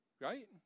right